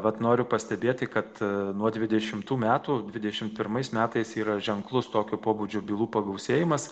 vat noriu pastebėti kad nuo dvidešimtų metų dvidešim pirmais metais yra ženklus tokio pobūdžio bylų pagausėjimas